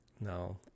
No